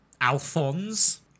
Alphonse